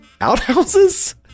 outhouses